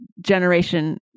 generation